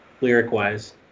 Lyric-wise